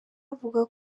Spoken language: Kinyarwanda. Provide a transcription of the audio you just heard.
avuga